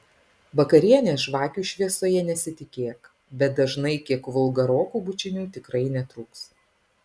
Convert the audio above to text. vakarienės žvakių šviesoje nesitikėk bet dažnai kiek vulgarokų bučinių tikrai netrūks